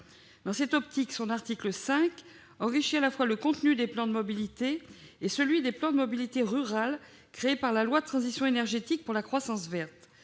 Dans cette optique, l'article 5 enrichit à la fois le contenu des plans de mobilité et celui des plans de mobilité rurale créés par la loi relative à la transition énergétique pour la croissance verte.